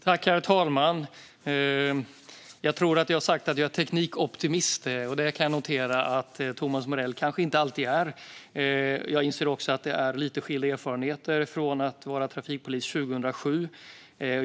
Herr talman! Jag tror att jag har sagt att jag är teknikoptimist, och det kan jag notera att Thomas Morell kanske inte alltid är. Jag inser också att jag har lite andra erfarenheter än att ha varit trafikpolis 2007.